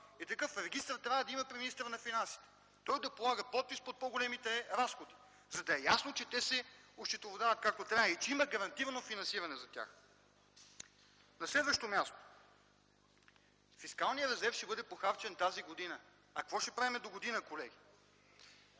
Такъв регистър трябва да има при министъра на финансите! Той да полага подпис под по-големите разходи, за да е ясно, че те се осчетоводяват, както трябва, и че има гарантирано финансиране за тях. На следващо място, фискалният резерв ще бъде похарчен тази година. А какво ще правим догодина, колеги?!